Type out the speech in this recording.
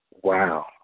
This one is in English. wow